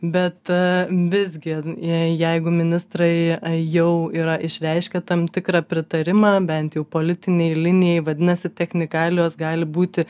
bet visgi jei jeigu ministrai jau yra išreiškę tam tikrą pritarimą bent jau politinei linijai vadinasi technikalijos gali būti